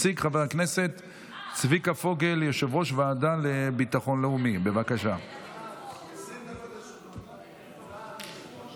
עברה בקריאה ראשונה ותועבר לוועדת הכלכלה להמשך דיון והכנה לקריאה